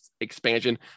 expansion